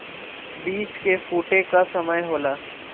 बीज के फूटे क समय होला